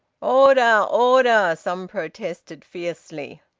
order! order! some protested fiercely.